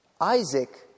Isaac